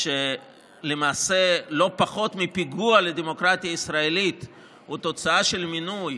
שלמעשה לא פחות מפיגוע לדמוקרטיה הישראלית הוא תוצאה של מינוי